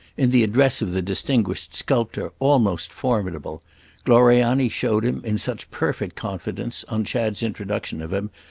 in the address of the distinguished sculptor, almost formidable gloriani showed him, in such perfect confidence, on chad's introduction of him,